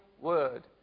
word